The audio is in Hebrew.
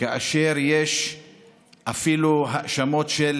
כאשר יש אפילו האשמות של